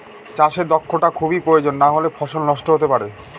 চাষে দক্ষটা খুবই প্রয়োজন নাহলে ফসল নষ্ট হতে পারে